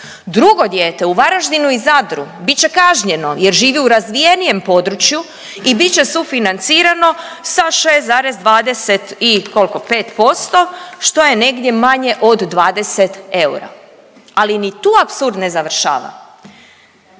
Drugo dijete u Varaždinu i Zadru bit će kažnjeno jer živi u razvijenijem području i bit će sufinancirano sa 6,20 i kolko 5%, što je negdje manje od 20 eura, ali ni tu apsurd ne završava.